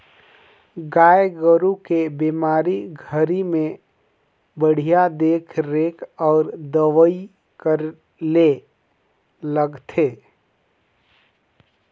गाय गोरु के बेमारी घरी में बड़िहा देख रेख अउ दवई करे ले लगथे